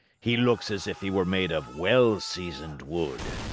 he looks as if he were made of well-seasoned wood.